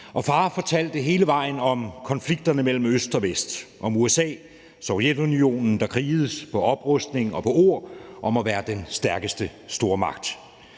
Min far fortalte hele vejen om konflikterne mellem øst og vest, om USA og Sovjetunionen, der krigedes på oprustning og på ord om at være den stærkeste stormagt.